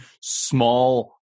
small